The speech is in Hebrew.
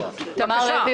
חשוב שזה ייאמר.